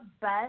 best